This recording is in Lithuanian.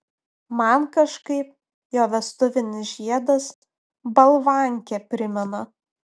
man kažkaip jo vestuvinis žiedas balvankę primena